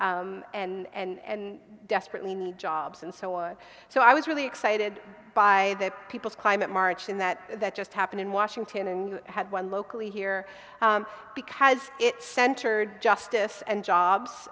table and and desperately need jobs and so and so i was really excited by that people's climate march in that that just happened in washington and had one locally here because it centered justice and jobs